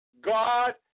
God